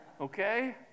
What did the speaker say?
okay